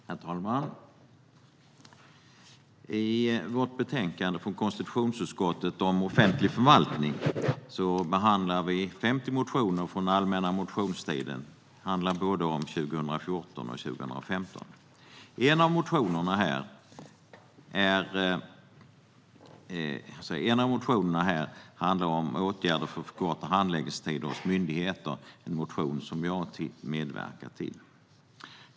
Herr talman! I vårt betänkande från konstitutionsutskottet om offentlig förvaltning behandlas 50 motioner från allmänna motionstiden, både 2014 och 2015. En av motionerna handlar om åtgärder för att förkorta handläggningstider hos myndigheter. Det är en motion som jag har medverkat till.